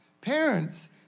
parents